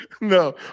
No